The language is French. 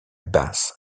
basse